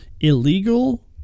illegal